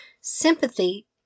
Sympathy